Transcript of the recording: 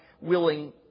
willing